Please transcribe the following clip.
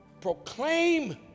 Proclaim